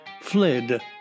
fled